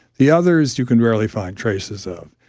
the others you can rarely find traces of.